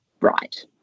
right